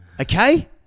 okay